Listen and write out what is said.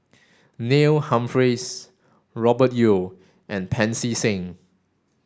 Neil Humphreys Robert Yeo and Pancy Seng